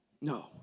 No